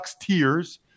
tears